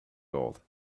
gold